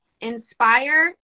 inspire